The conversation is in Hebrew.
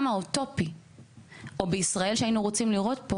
האוטופי או בישראל שהיינו רוצים לראות פה